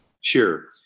Sure